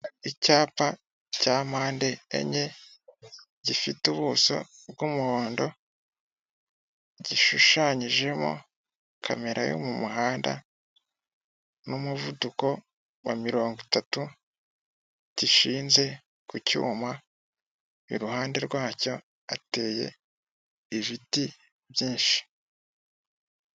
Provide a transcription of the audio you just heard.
icyapa cya mpande enye ,gifite ubuso bw'umuhondo ,gishushanyijemo camera yo mu muhanda n'umuvuduko wa mirongo itatu ,gishinze ku cyuma ,iruhande rwa cyo hateye ibiti byinshi.